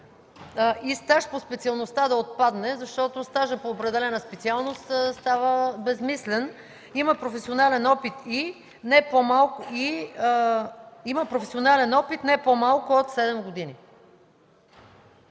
и стаж по специалността” да отпадне, защото стажът по определена специалност става безсмислен; „има професионален опит не по-малко от 7 години”.